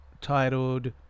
titled